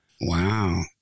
Wow